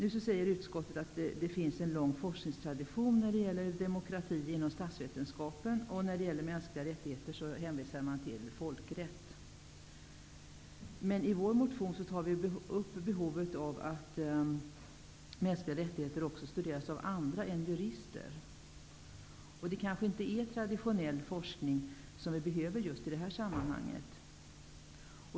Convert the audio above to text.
Utskottet säger att det finns en lång forskningstradition i fråga om demokrati inom statsvetenskapen, och när det gäller mänskliga rättigheter hänvisas till forskningen inom folkrätten. I vår motion tar vi upp kravet på att området mänskliga rättigheter skall studeras också av andra än jurister. Det är kanske inte traditionell forskning som vi behöver just i det här sammanhanget.